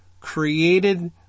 created